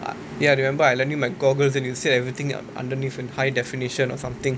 ah ya remember I lent you my goggles and you said everything underneath in high definition or something